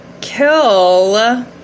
kill